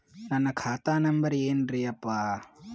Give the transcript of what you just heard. ನನ್ನ ಖಾತಾ ನಂಬರ್ ಏನ್ರೀ ಯಪ್ಪಾ?